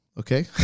Okay